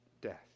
death